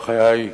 בחיי,